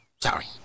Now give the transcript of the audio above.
sorry